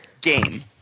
game